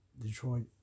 Detroit